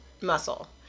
muscle